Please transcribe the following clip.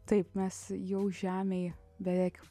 taip mes jau žemėj beveik